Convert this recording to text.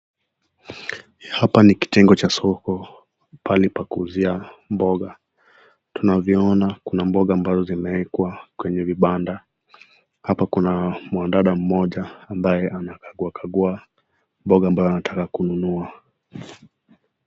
Hapa ni kitengo cha soko, pahali pa kuuzia mboga, tunavyoona kuna mboga ambazo zimewekwa kwenye vibanda, hapa kuna mwanadada moja ambaye anakagua mboga ambayo anataka kununua.